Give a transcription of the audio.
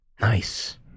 nice